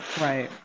Right